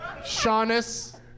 Shaunus